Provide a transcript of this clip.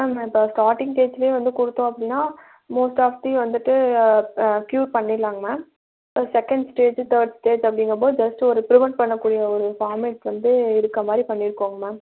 ma'am இப்போ starting ஸ்டேஜ்லேயே வந்து கொடுத்தோம் அப்படின்னா மோஸ்ட் ஆஃப் தி வந்துட்டு கியூர் பண்ணிடலாங்க மேம் ஒரு செகண்ட் ஸ்டேஜ் தேர்ட் ஸ்டேஜ் அப்படிங்கும்போது ஜஸ்ட்டு ஒரு பிரிவன்ட் பண்ணக்கூடிய ஒரு ஃபார்மெட் வந்து இருக்க மாதிரி பண்ணியிருக்கோங்க மேம்